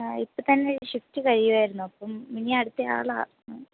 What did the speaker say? ആ ഇപ്പം തന്നെ ഷിഫ്റ്റ് കഴിയുവായിരുന്നു അപ്പം ഇനി അടുത്ത ആളാണ്